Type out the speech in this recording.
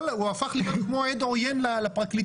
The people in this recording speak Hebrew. הוא הפך להיות כמו עד עוין לפרקליטות.